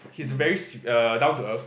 he's very s~ uh down to earth